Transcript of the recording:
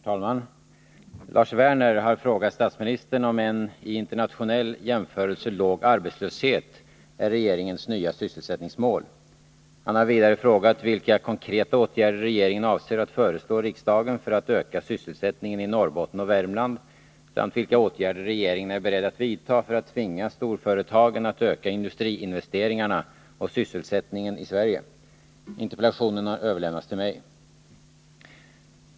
Herr talman! Lars Werner har frågat statsministern om ”en i internationell jämförelse låg arbetslöshet” är regeringens nya sysselsättningsmål. Han har vidare frågat vilka konkreta åtgärder regeringen avser att föreslå riksdagen för att öka sysselsättningen i Norrbotten och Värmland samt vilka åtgärder regeringen är beredd att vidta för att tvinga storföretagen att öka industriinvesteringarna och sysselsättningen i Sverige. Interpellationen har överlämnats till mig.